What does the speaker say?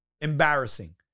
Embarrassing